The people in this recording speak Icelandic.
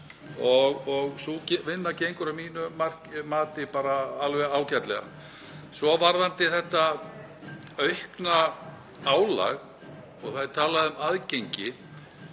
Sú vinna gengur að mínu mati bara alveg ágætlega. Varðandi þetta aukna álag, og það er talað um aðgengi,